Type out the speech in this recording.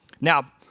Now